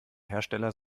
hersteller